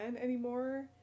anymore